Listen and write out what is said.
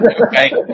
Okay